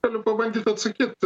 galiu pabandyt atsakyt